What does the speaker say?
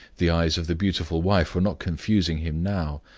the eyes of the beautiful wife were not confusing him now.